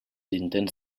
intents